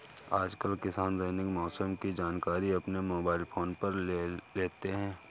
आजकल किसान दैनिक मौसम की जानकारी अपने मोबाइल फोन पर ले लेते हैं